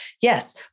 Yes